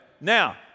Now